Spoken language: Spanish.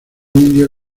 indio